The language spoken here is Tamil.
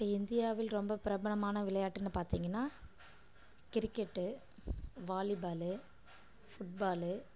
இந்தியாவில் ரொம்ப பிரபலமான விளையாட்டுனு பார்த்திங்கன்னா கிரிக்கெட்டு வாலிபாலு புட் பாலு